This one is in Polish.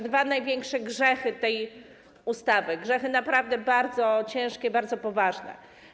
Dwa największe grzechy tej ustawy, grzechy naprawdę bardzo ciężkie i bardzo poważne.